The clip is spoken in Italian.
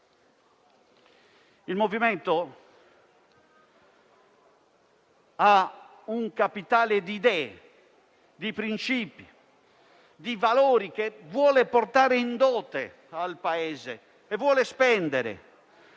Il MoVimento 5 Stelle ha un capitale di idee, principi e valori che vuole portare in dote al Paese e spendere.